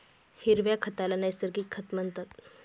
हिरव्या खताला नैसर्गिक खत म्हणतात